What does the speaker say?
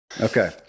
Okay